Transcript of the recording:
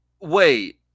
Wait